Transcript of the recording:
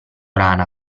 rana